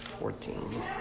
fourteen